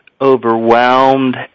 overwhelmed